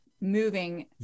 moving